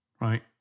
right